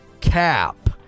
cap